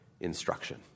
instruction